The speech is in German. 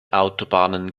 autobahnen